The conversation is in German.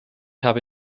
habe